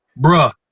bruh